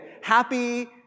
happy